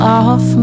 off